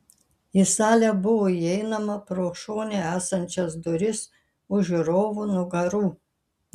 į salę buvo įeinama pro šone esančias duris už žiūrovų nugarų